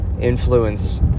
influence